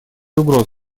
угрозы